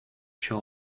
sure